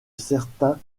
certains